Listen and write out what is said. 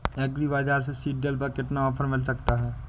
Agree बाजार से seed drill पर कितना ऑफर मिल सकता है?